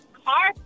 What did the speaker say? car